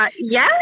Yes